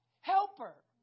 Helper